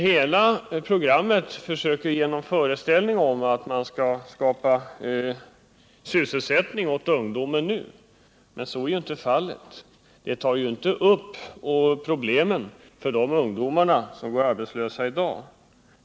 Hela programmet går ut på att ge en föreställning om att man skall skapa sysselsättning åt ungdomarna. Men så är ju inte fallet. Programmet tar inte upp problemet med de ungdomar som i dag går arbetslösa.